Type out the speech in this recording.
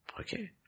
Okay